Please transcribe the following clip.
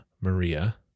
Maria